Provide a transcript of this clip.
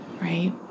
right